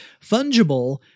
Fungible